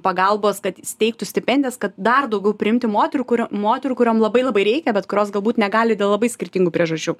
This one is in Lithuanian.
pagalbos kad įsteigtų stipendijas kad dar daugiau priimti moterų kurio moterų kuriom labai labai reikia bet kurios galbūt negali dėl labai skirtingų priežasčių